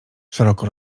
szeroko